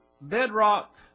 bedrock